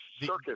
circus